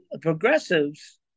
progressives